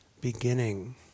beginning